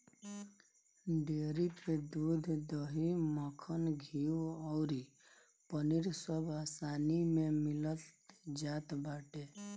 dairy पे दूध, दही, मक्खन, घीव अउरी पनीर अब आसानी में मिल जात बाटे